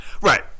Right